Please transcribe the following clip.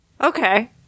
Okay